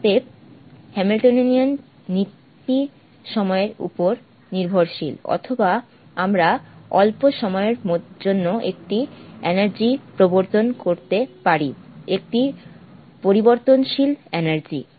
অতএব হ্যামিল্টনিয়ান নীতি সময়ের উপর নির্ভরশীল অথবা আমরা অল্প সময়ের জন্য একটি এনার্জি প্রবর্তন করতে পারি একটি পরিবর্তনশীল এনার্জি